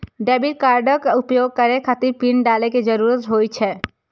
debit कार्डक उपयोग करै खातिर पिन डालै के जरूरत होइ छै